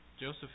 Joseph